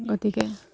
গতিকে